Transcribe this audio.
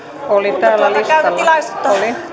käytän tilaisuutta